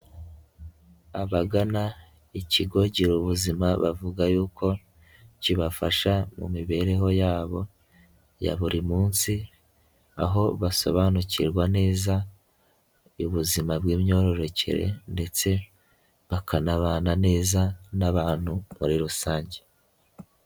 Abagana ikigo Gira ubuzima bavuga yuko kibafasha mu mibereho yabo ya buri munsi aho basobanukirwa neza ubuzima bw'imyororokere ndetse bakanabana neza n'abantu muri rusange.